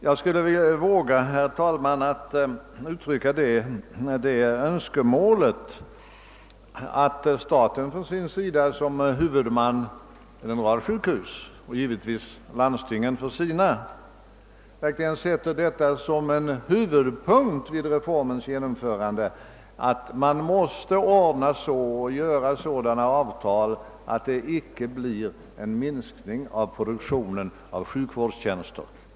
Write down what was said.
Jag vågar, herr talman, uttrycka önskemålet att staten såsom huvudman för en rad sjukhus, och givetvis landstingen såsom huvudman för sina sjukhus, gör det till en huvudpunkt vid reformens genomförande att åstadkomma sådana avtal att det inte uppstår en minskning av produktionen av sjukvårdstjänster.